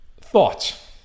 Thoughts